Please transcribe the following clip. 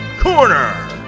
corner